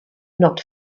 not